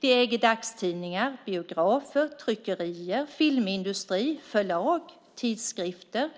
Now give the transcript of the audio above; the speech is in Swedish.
De äger dagstidningar, biografer, tryckerier, filmindustri, förlag, tidskrifter,